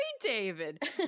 David